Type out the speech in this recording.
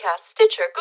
Stitcher